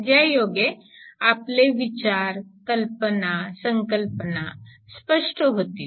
ज्यायोगे आपले विचार कल्पना संकल्पना स्पष्ट होतील